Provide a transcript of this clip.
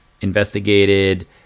investigated